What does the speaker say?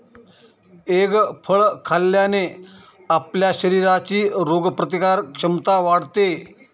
egg फळ खाल्ल्याने आपल्या शरीराची रोगप्रतिकारक क्षमता वाढते